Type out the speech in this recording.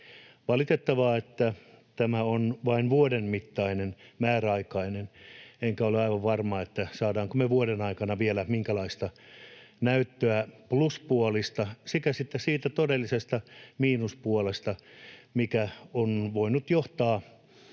Valitettavaa on, että tämä on vain vuoden mittainen, määräaikainen, enkä ole aivan varma, saadaanko me vuoden aikana vielä minkälaista näyttöä pluspuolista sekä sitten siitä todellisesta miinuspuolesta, mikä voi johtaa